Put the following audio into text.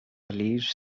leaves